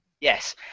Yes